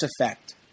effect